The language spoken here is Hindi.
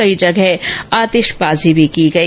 कई जगह पर आतिशबाजी भी की गई